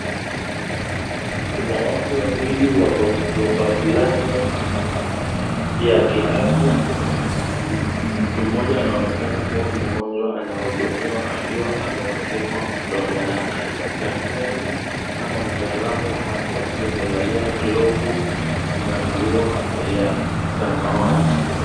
Kuna watu wawili wako chumba fulani ya kiafya mtu moja anaonekana kuwa mgonjwa anahudumiwa akiwa amemulikwa mdomo yake ,daktarii ama mtaalamu wa kiafya akiwa amevalia glovu na nguo ya samawati.